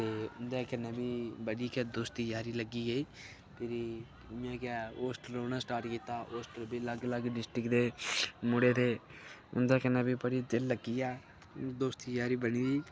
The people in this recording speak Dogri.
ते उं'दे कन्नै बी बड़ी शैल यारी दोस्ती लग्गी पेई ते इं'या गै हॉस्टल रौहन लगी पे ते हॉस्टल बी अलग अलग डिस्ट्रिक्ट दे मुड़े थे ते उंदे कन्नै बी दिल लग्गी आ दोस्ती यारी बड़ी ही